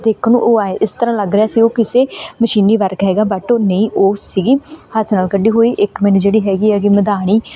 ਦੇਖਣ ਨੂੰ ਉਹ ਆਏ ਇਸ ਤਰ੍ਹਾਂ ਲੱਗ ਰਿਹਾ ਸੀ ਉਹ ਕਿਸੇ ਮਸ਼ੀਨੀ ਵਰਕ ਹੈਗਾ ਬਟ ਉਹ ਨਹੀਂ ਉਹ ਸੀਗੀ ਹੱਥ ਨਾਲ ਕੱਢੀ ਹੋਈ ਇੱਕ ਮੈਨੂੰ ਜਿਹੜੀ ਹੈਗੀ ਹੈਗੀ ਮਧਾਣੀ